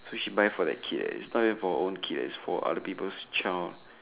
so she buy for the kids it's not even for her own kid eh it's for other people's child